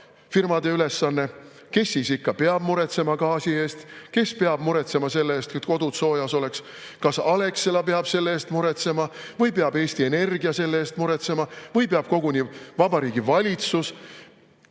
erafirmade ülesanne. Kes ikkagi peab muretsema gaasi pärast? Kes peab muretsema selle eest, et kodud soojas oleks? Kas Alexela peab selle eest muretsema või peab Eesti Energia selle eest muretsema või peab koguni Vabariigi Valitsus,